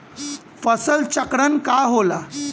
फसल चक्रण का होला?